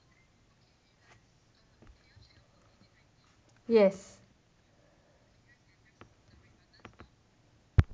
yes